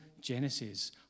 Genesis